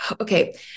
okay